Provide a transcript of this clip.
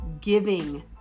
giving